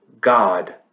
God